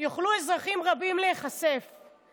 היא שונה מכל ההכחדות הקודמות.